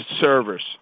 servers